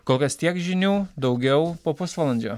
kol kas tiek žinių daugiau po pusvalandžio